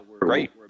Right